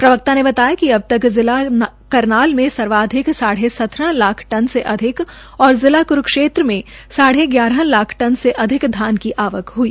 प्रवक्ता ने बताया कि अब तक जिला करनाल में सर्वाधिक साढ़े सत्रह लाख टन से अधिक और जिला क्रूक्षेत्र में साढ़े ग्यारह लाख टन से अधिक धान की आवक हई